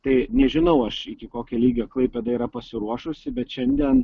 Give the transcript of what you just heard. tai nežinau aš iki kokio lygio klaipėda yra pasiruošusi bet šiandien